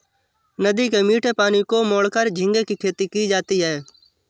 नदी के मीठे पानी को मोड़कर झींगे की खेती की जाती है